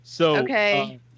Okay